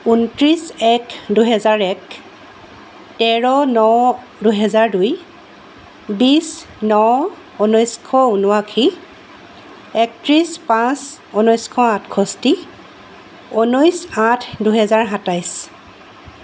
ঊনত্ৰিছ এক দুহেজাৰ এক তেৰ ন দুহেজাৰ দুই বিছ ন ঊনৈছশ ঊনাশী একত্ৰিছ পাঁচ ঊনৈছশ আঠষষ্ঠি ঊনৈছ আঠ দুহেজাৰ সাতাইছ